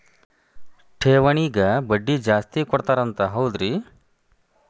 ಠೇವಣಿಗ ಬಡ್ಡಿ ಜಾಸ್ತಿ ಕೊಡ್ತಾರಂತ ಹೌದ್ರಿ?